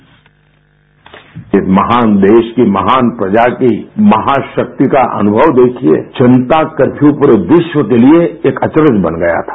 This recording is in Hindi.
बाईट इस महान देश की महान प्रजा की महाशक्ति का अनुभव देखिये जनता कर्फ्यू पूरे विश्व के लिए एक अचरज बन गया था